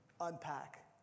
unpack